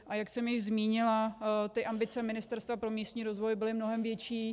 A jak jsem již zmínila, ambice Ministerstva pro místní rozvoj byly mnohem větší.